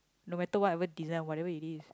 no matter whatever design whatever it is